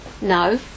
no